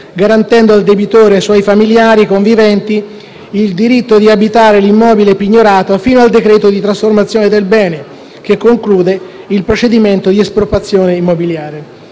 garantendo al debitore e ai suoi familiari conviventi il diritto di abitare l'immobile pignorato fino al decreto di trasferimento del bene, che conclude il procedimento di espropriazione immobiliare.